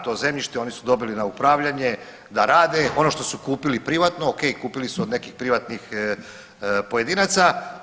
To zemljište oni su dobili na upravljanje da rade, ono što su kupili privatno ok, kupili su od nekih privatnih pojedinaca.